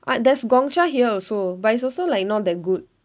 but there's gongcha here also but it's also like not that good